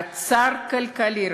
אוצר כלכלי,